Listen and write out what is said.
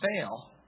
fail